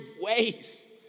ways